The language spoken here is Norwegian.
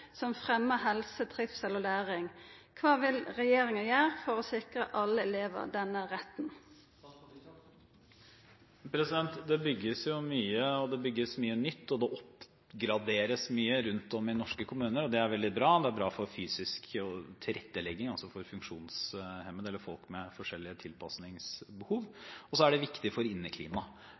som fremjar helse, trivsel og læring. Kva vil regjeringa gjere for å sikra alle elevar denne retten?» Det bygges mye. Det bygges mye nytt, og det oppgraderes mye rundt om i norske kommuner, og det er veldig bra. Det er bra for fysisk tilrettelegging, altså for funksjonshemmede eller folk med forskjellige tilpasningsbehov, og det er viktig for inneklimaet. Det er en veldig viktig